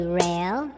rail